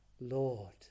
Lord